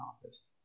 office